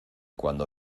cuando